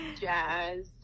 jazz